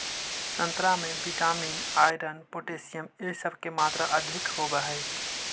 संतरा में vitamin, iron, potassium इ सब के मात्रा अधिक होवऽ हई